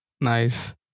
Nice